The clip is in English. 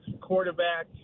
quarterback